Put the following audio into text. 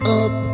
up